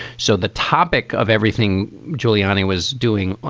so the topic of everything giuliani was doing,